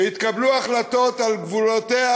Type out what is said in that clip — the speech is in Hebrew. שיתקבלו החלטות על גבולותיה,